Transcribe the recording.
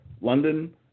London